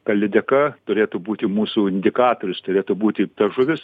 ta lydeka turėtų būti mūsų indikatorius turėtų būti ta žuvis